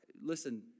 listen